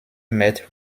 met